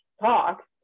talks